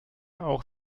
auch